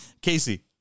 Casey